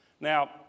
Now